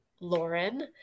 Lauren